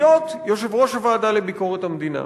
להיות יושב-ראש הוועדה לביקורת המדינה.